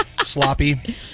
Sloppy